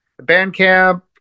Bandcamp